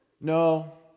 No